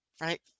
Right